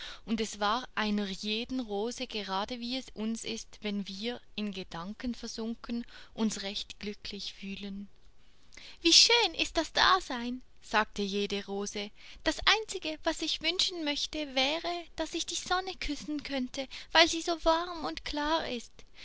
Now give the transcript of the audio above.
und es war einer jeden rose gerade wie es uns ist wenn wir in gedanken versunken uns recht glücklich fühlen wie schön ist das dasein sagte jede rose das einzige was ich wünschen möchte wäre daß ich die sonne küssen könnte weil sie so warm und klar ist